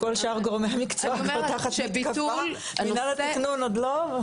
כל שאר גורמי המקצוע, מינהל התכנון עוד לא.